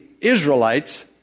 Israelites